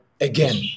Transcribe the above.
again